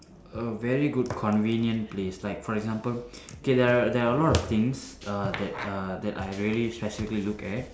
a very good convenient place like for example okay there are there are a lot of things err that err that I really specifically look at